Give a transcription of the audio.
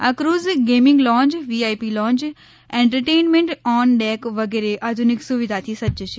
આ ફ્રૂઝ gaming lounge VIP lounge entertainment on deck વગેરે આધુનિક સુવિધાથી સજ્જ છે